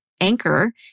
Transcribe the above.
anchor